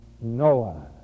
Noah